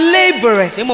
laborers